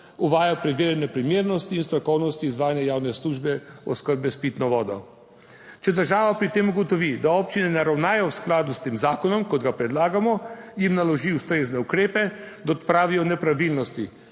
uvaja preverjanje primernosti in strokovnosti izvajanja javne službe oskrbe s pitno vodo. Če država pri tem ugotovi, da občine ne ravnajo v skladu s tem zakonom kot ga predlagamo, jim naloži ustrezne ukrepe, da odpravijo nepravilnosti.